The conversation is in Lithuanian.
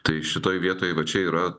tai šitoj vietoj va čia yra